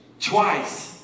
twice